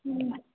ꯎꯝ